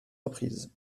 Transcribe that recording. reprises